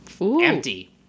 Empty